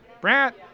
Brant